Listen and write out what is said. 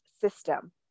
system